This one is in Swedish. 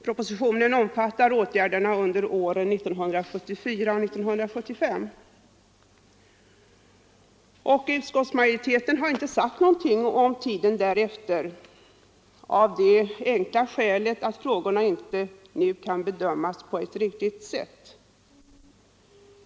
Propositionen omfattar åtgärderna under åren 1974 och 1975. Utskottsmajoriteten har inte sagt någonting om tiden därefter, av det enkla skälet att frågorna inte nu kan bedömas på ett riktigt sätt.